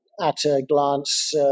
at-a-glance